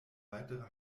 weitere